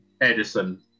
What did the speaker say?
Edison